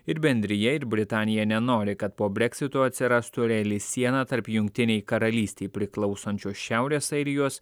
ir bendrija ir britanija nenori kad po brexito atsirastų reali siena tarp jungtinei karalystei priklausančios šiaurės airijos